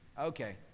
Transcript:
Okay